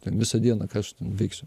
ten visą dieną ką aš ten veiksiu